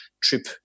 trip